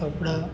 fafda